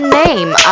name